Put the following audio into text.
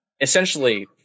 essentially